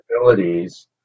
abilities